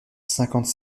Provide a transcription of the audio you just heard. cinquante